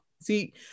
See